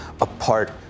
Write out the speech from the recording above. apart